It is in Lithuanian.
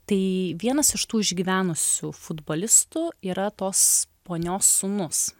tai vienas iš tų išgyvenusių futbolistų yra tos ponios sūnus